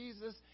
Jesus